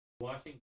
watching